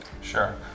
Sure